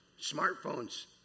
smartphones